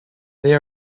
they